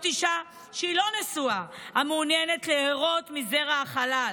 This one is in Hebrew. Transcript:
אישה לא נשואה המעוניינת להרות מזרע החלל.